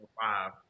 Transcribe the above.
five